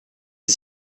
est